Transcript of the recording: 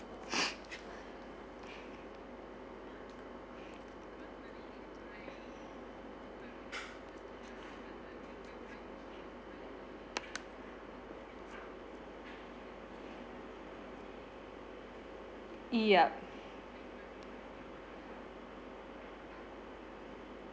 yup